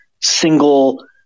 single